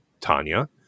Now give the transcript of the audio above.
Tanya